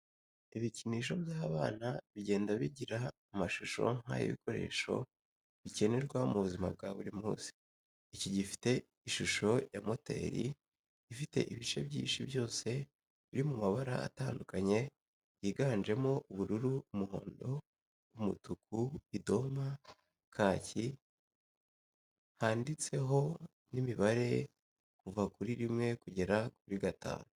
Ibikinisho by'abana bigenda bigira iamashusho nk'ay'ibikoresho bikenerwa mu buzima bwa buri munsi, iki gifite ishusho ya moteri ifite ibice byinshi byose biri mu mabara atandukanye yiganjemo ubururu, umuhondo, umutuku, idoma, kaki, handitseho n'imibare kuva kuri rimwe kugera kuri gatanu.